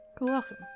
welcome